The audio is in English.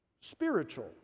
spiritual